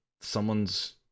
someone's